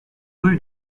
rue